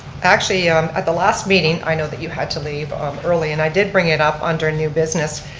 actually at the last meeting i know that you had to leave early and i did bring it up under new business